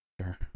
Sure